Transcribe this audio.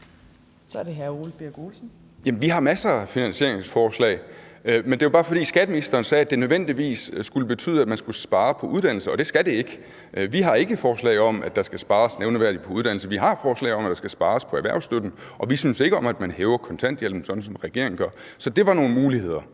Vi har masser af finansieringsforslag. Men skatteministeren sagde jo bare, at det nødvendigvis skulle betyde, at man skulle spare på uddannelse – og det skal det ikke. Vi har ikke forslag om, at der skal spares nævneværdigt på uddannelse, men vi har forslag om, at der skal spares på erhvervsstøtten, og vi synes ikke om, at man hæver kontanthjælpen sådan, som regeringen gør. Så det var nogle muligheder.